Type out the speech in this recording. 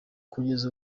kugeza